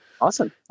Awesome